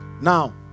Now